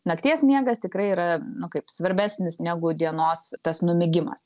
nakties miegas tikrai yra nu kaip svarbesnis negu dienos tas numigimas